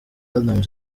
platnumz